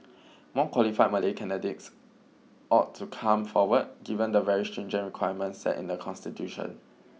more qualified Malay candidates ought to come forward given the very stringent requirements set in the constitution